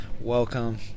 welcome